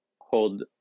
hold